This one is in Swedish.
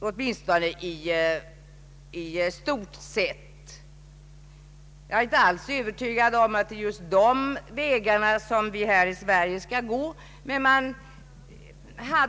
Inom parentes vill jag säga att jag inte är övertygad om att vi skall gå till väga på samma sätt som där.